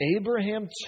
Abraham